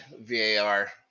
VAR